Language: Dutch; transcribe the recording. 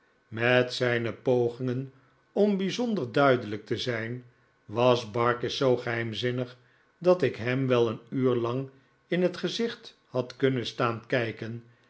met zijn pogingen om bijzonder duidelijk te zijn was barkis zoo geheimzinnig dat ik hem wel een uur lang in het gezicht had kunnen staan kijken